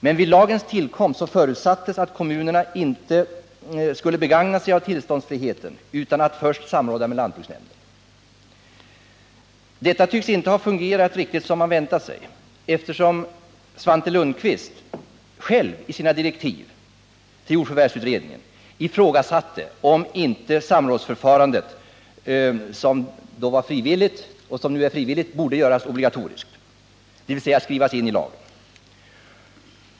Men vid lagens tillkomst förutsattes att kommunerna inte skulle begagna sig av tillståndsfriheten utan att först samråda med lantbruksnämnden. Detta tycks inte ha fungerat riktigt som man väntat sig, eftersom Svante Lundkvist själv i sina direktiv till jordförvärvsutredningen ifrågasatte om inte samrådsförfarandet, som då var frivilligt och är så alltjämt, borde göras obligatoriskt, dvs. skrivas in i lagen.